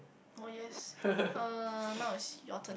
oh yes uh now is your turn